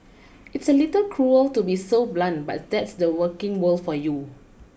it's a little cruel to be so blunt but that's the working world for you